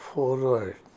Forward